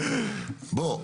בוא,